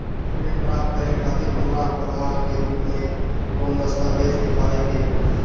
ऋण प्राप्त करे खातिर हमरा प्रमाण के रूप में कौन दस्तावेज़ दिखावे के होई?